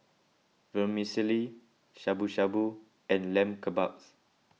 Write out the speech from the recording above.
Vermicelli Shabu Shabu and Lamb Kebabs